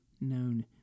known